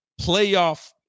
playoff